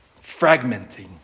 Fragmenting